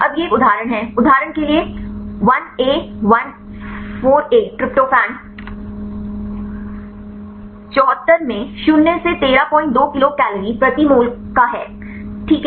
अब यह एक उदाहरण है उदाहरण के लिए 1AI4A ट्रिप्टोफैन 74 में शून्य से 132 किलो कैलोरी प्रति मोल का अधिकार है